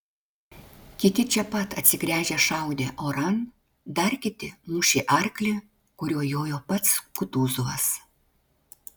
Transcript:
kiti čia pat atsigręžę šaudė oran dar kiti mušė arklį kuriuo jojo pats kutuzovas